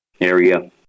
area